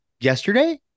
yesterday